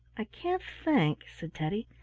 i can't think, said teddy.